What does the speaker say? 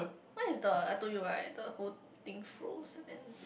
one is the I told you right the whole thing froze and then